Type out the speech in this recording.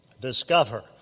discover